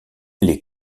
les